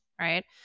right